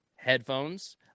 headphones